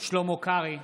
שלמה קרעי,